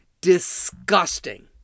disgusting